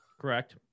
Correct